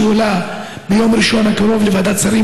שעולה ביום ראשון הקרוב לוועדת שרים,